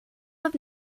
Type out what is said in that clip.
have